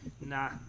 Nah